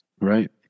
Right